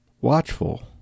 watchful